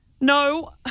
No